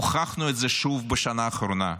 הוכחנו את זה שוב בשנה האחרונה,